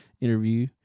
interview